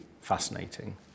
fascinating